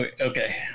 Okay